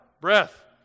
Breath